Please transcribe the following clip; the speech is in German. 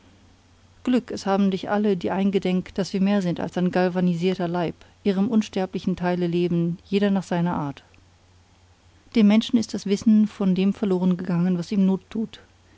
glück es haben dich alle die eingedenk daß wir mehr sind als ein galvanisierter leib ihrem unsterblichen teile leben jeder nach seiner art dem menschen ist das wissen von dem verlorengegangen was ihm not tut